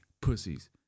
Pussies